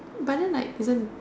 but then like didn't